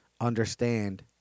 understand